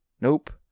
nope